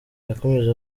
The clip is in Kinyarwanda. yakomeje